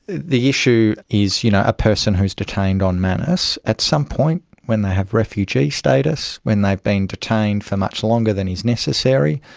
the issue is you know a person who is detained on manus, at some point when they have refugee status, when they have been detained for much longer than is necessary,